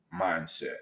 mindset